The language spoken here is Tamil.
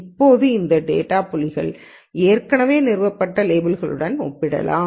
இப்போது அந்த டேட்டா புள்ளிகளுக்கு ஏற்கனவே நிறுவப்பட்ட லேபிள்களுடன் ஒப்பிடலாம்